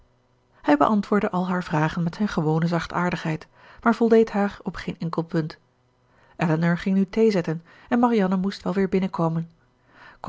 hij beantwoordde al haar vragen met zijn gewone zachtaardigheid maar voldeed haar op geen enkel punt elinor ging nu thee zetten en marianne moest wel weer binnenkomen